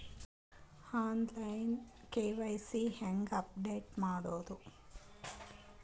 On line KYC ಹೇಂಗ update ಮಾಡೋದು?